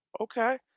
Okay